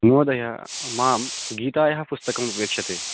महोदय मां गीतायाः पुस्तकम् अपेक्ष्यते